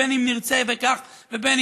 בין שנרצה ובין שלאו,